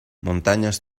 montañas